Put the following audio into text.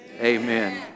amen